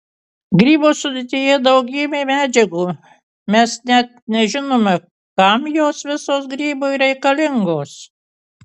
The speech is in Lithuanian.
grybo sudėtyje daugybė medžiagų mes net nežinome kam jos visos grybui reikalingos